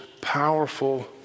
powerful